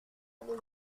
avait